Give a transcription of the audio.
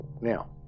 Now